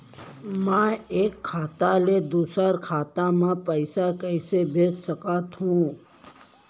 मैं एक खाता ले दूसर खाता मा पइसा कइसे भेज सकत हओं?